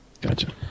Gotcha